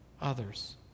others